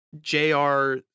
JR